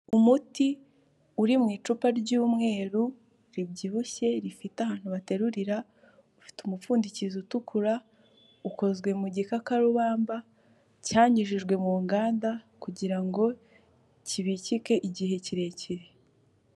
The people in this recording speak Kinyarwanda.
Umuti uri mu icupa ry'umweru ribyibushye rifite ahantu baterurira, ufite umupfundikizo utukura ukozwe mu gikakarubamba cyanyujijwe mu nganda kugira ngo kibikike igihe kirekire.